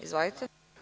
Izvolite.